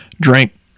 drink